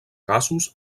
gasos